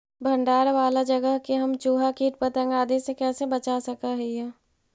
भंडार वाला जगह के हम चुहा, किट पतंग, आदि से कैसे बचा सक हिय?